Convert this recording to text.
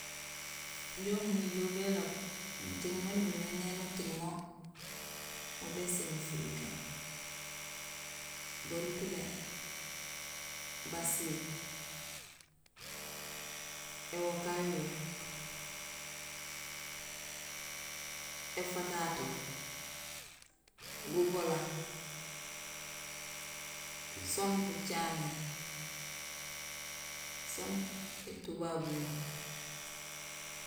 Injé umu néjool béloob muting maan umimé éni uting mo, mo béséni fulukéén: barut ubé, bassit, éwokaay uyuwé, éfatato, gugola, soon bucaŋéén soon étubabuño